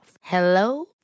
Hello